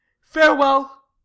Farewell